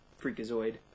Freakazoid